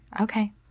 okay